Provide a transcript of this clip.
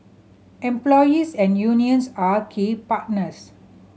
employers and unions are key partners